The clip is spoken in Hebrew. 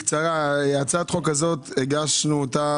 הצעת החוק הזאת, הגשנו אותה